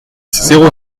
zéro